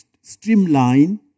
streamline